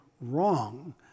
wrong